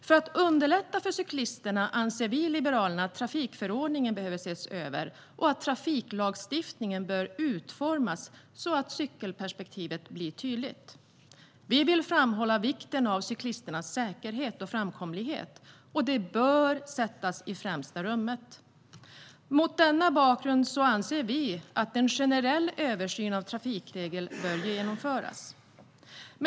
För att underlätta för cyklisterna anser vi i Liberalerna att trafikförordningen behöver ses över och att trafiklagstiftningen bör utformas så att cykelperspektivet blir tydligt. Vi vill framhålla vikten av cyklisternas säkerhet och framkomlighet. Det bör sättas i främsta rummet. Mot denna bakgrund anser vi att en generell översyn av trafikregler bör genomföras.